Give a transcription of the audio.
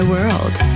world